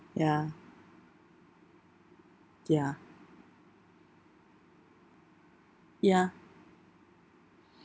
ya ya ya